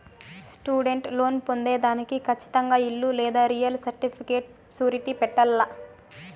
student loan పొందేదానికి కచ్చితంగా ఇల్లు లేదా రియల్ సర్టిఫికేట్ సూరిటీ పెట్టాల్ల